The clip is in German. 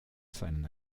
seinen